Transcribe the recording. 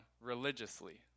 religiously